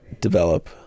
develop